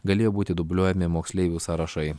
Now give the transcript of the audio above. galėjo būti dubliuojami moksleivių sąrašai